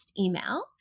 email